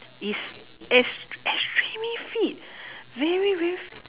is ex~ extremely fit very very